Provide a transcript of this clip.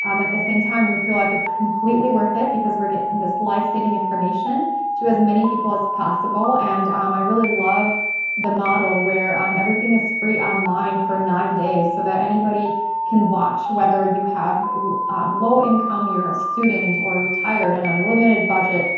um at the same time, we feel like it's completely worth it because we're getting this life saving information to as many as possible. and um i really love the model where um everything is free online for nine days so that anybody can watch whether you have low income, you're a student, or retired and on a limited budget,